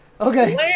Okay